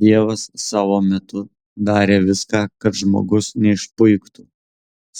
dievas savo metu darė viską kad žmogus neišpuiktų